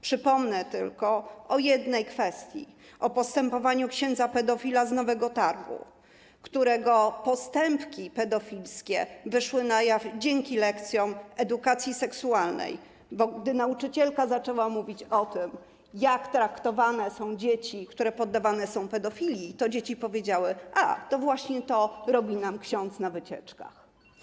Przypomnę tylko o jednej kwestii: o postępowaniu księdza pedofila z Nowego Targu, którego postępki pedofilskie wyszły na jaw dzięki lekcjom edukacji seksualnej, bo gdy nauczycielka zaczęła mówić o tym, jak traktowane są dzieci, które poddawane są pedofilii, to dzieci powiedziały: a, to właśnie to robi nam ksiądz na wycieczkach.